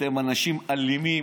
אתם אנשים אלימים,